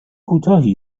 کوتاهی